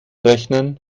rechnen